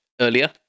Earlier